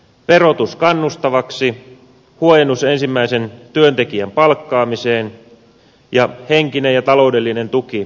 verotus kannustavaksi huojennus ensimmäisen työntekijän palkkaamiseen ja henkinen ja taloudellinen tuki